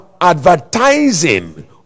advertising